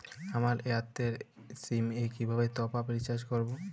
আমার Airtel sim এ কিভাবে টপ আপ রিচার্জ করবো?